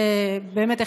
באמת,